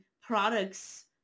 products